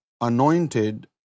anointed